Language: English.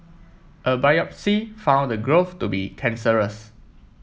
a biopsy found the growth to be cancerous